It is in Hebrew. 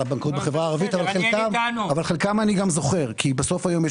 על הבנקאות בחברה הערבית אבל חלקם אני גם זוכר כי בסוף היום יש